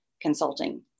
consulting